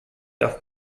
off